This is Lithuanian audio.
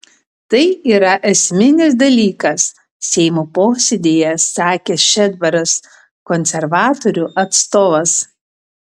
tai yra esminis dalykas seimo posėdyje sakė šedbaras konservatorių atstovas